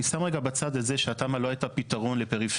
אני שם רגע בצד את זה שהתמ"א לא הייתה פתרון לפריפריה.